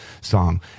song